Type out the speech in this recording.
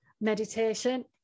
meditation